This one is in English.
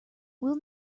will